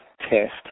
test